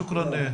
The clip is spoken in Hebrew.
שוקראן.